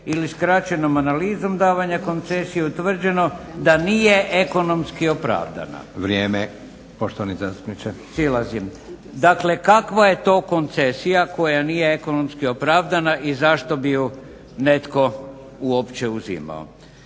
ili skraćenom analizom davanja koncesije utvrđeno da nije ekonomski opravdana. … /Upadica: Vrijeme poštovani zastupniče./ … Silazim. Dakle kakva je koncesija koja nije ekonomski opravdana i zašto bi ju netko uopće uzimao?